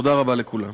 תודה רבה לכולם.